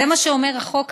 זה מה שאומר החוק היום,